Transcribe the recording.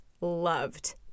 loved